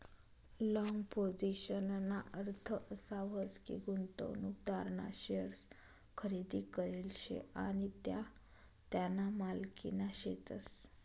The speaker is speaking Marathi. लाँग पोझिशनना अर्थ असा व्हस की, गुंतवणूकदारना शेअर्स खरेदी करेल शे आणि त्या त्याना मालकीना शेतस